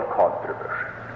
controversy